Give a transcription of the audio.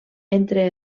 entre